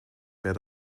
wer